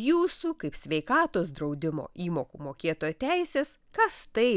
jūsų kaip sveikatos draudimo įmokų mokėtojo teisės kas tai